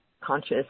conscious